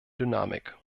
dynamik